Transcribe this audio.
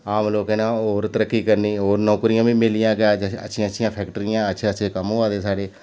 ते आम लोकें नै होर तरक्की करनी होर नौकरियां बी मिलनियां किश अच्छियां अच्छी अच्छियां फैक्टरियां अच्छे अच्छे कम्म होआ दे साढ़े